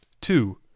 two